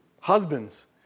Husbands